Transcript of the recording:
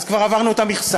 אז כבר עברנו את המכסה.